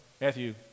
Matthew